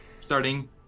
starting